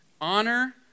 Honor